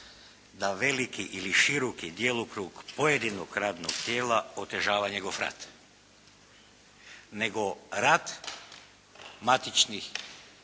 da veliki ili široki djelokrug pojedinog radnog tijela otežava njegov rad. Nego rad matičnih